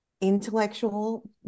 intellectual